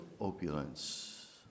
opulence